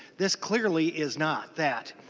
this clearly is not that.